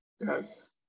Yes